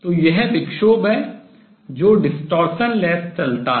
तो यह विक्षोभ है जो परिक्षेपण रहित चलता है